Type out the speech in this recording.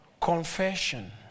Confession